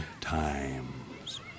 times